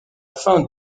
fin